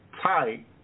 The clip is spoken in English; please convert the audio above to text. tight